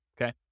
okay